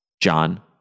John